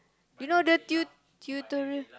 you know the tut~ tutorial